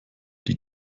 die